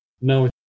No